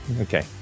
okay